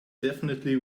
definitely